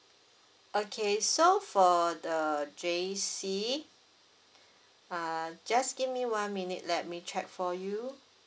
okay so for the J_C uh just give me one minute let me check for you